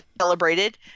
Celebrated